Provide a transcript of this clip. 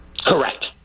Correct